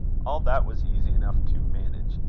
all that was easy enough to manage.